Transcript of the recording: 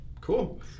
Cool